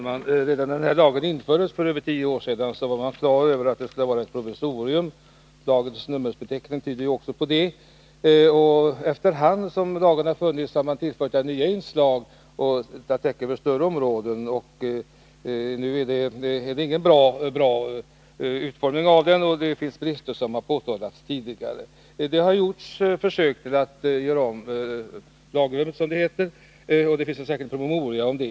Herr talman! Redan när lagen infördes för över tio år sedan var man på det klara med att den skulle vara ett provisorium. Lagens nummerbeteckning tyder också på det. Efter hand har lagen tillförts nya inslag som täcker större områden. Den är inte bra utformad, och det finns brister som har påtalats tidigare. Det har gjorts försök att göra om lagrummet, som det heter. Det finns en särskild promemoria om det.